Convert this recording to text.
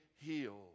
healed